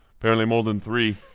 apparently more than three